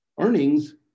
earnings